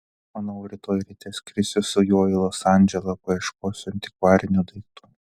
manau rytoj ryte skrisiu su juo į los andželą paieškosiu antikvarinių daiktų